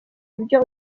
ibyo